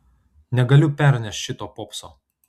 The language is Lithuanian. negaliu pernešt šito popso